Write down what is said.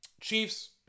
Chiefs